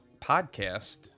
podcast